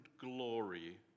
glory